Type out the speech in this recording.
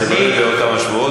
זה לא יהיה בעוד כמה שבועות,